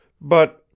But